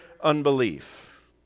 unbelief